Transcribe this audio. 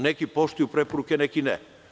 Neki poštuju preporuke, neki ne.